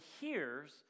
hears